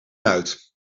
uit